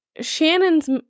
Shannon's